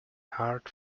hard